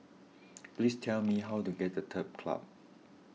please tell me how to get to Turf Club